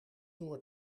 door